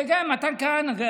כן, כן, מתן כהנא.